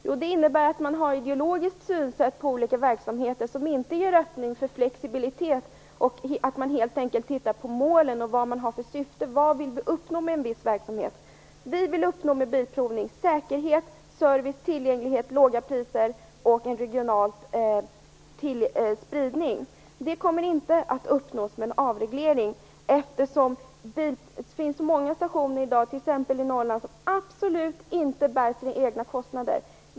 Jo, det innebär att man har ett ideologiskt synsätt på olika verksamheter och inte ger aktning för flexibilitet, inte tittar på målen, vad man har för syfte, vad man vill uppnå med en viss verksamhet. Vi vill uppnå med Bilprovningens verksamhet säkerhet, service, tillgänglighet, låga priser och en regional spridning. Det kommer inte att uppnås med en avreglering, eftersom det finns så många stationer i dag t.ex. i Norrland som absolut inte bär sina egna kostnader.